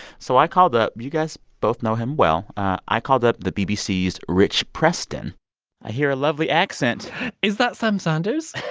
so i called up you guys both know him well. i called up the bbc's rich preston i hear a lovely accent is that sam sanders?